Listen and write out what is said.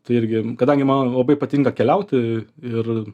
tai irgi kadangi man labai patinka keliauti ir